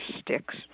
sticks